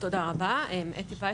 תודה רבה, אתי פ.